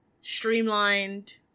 streamlined